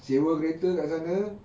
sewa kereta kat sana